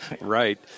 Right